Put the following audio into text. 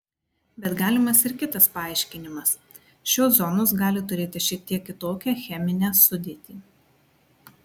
bet galimas ir kitas paaiškinimas šios zonos gali turėti šiek tiek kitokią cheminę sudėtį